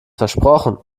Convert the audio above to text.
versprochen